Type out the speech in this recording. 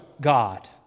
God